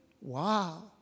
Wow